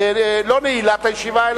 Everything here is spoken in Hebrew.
לא נעילת הישיבה,